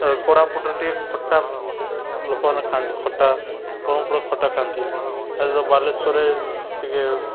କୋରାପୁଟରେ ଟିକିଏ ଖଟା ଲୋକମାନେ ଖାଆନ୍ତି ଖଟା ବ୍ରହ୍ମପୁରରେ ଖଟା ଖାଆନ୍ତି ବାଲେଶ୍ୱରରେ ଟିକିଏ